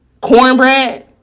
Cornbread